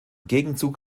gegenzug